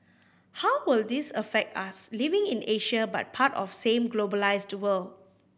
how will this affect us living in Asia but part of same globalised world